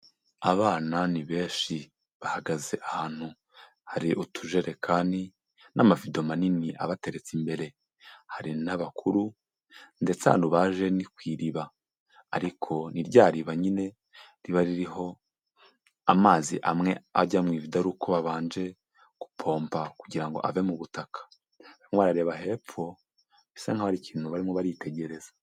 Abana ni benshi bahagaze ahantu hari utujerekani n'amavido manini abateretse imbere, hari n'abakuru ndetse ahantu baje ni ku iriba, ariko ni ryariba nyine riba ririho amazi amwe ajya mu ivudo ari uko babanje gupompa kugira ngo ave mu butaka. Umwe arareba hepfo bisa nkaho hari ikintu barimo baritegereza.